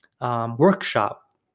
workshop